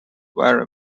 very